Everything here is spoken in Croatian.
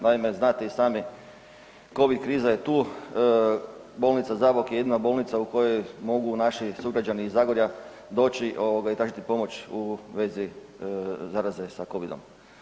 Naime, znate i sami covid kriza je tu, Bolnica Zabok je jedina bolnica u kojoj mogu naši sugrađani iz Zagorja doći i tražiti pomoć u vezi zaraze sa covidom.